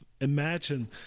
imagine